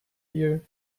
year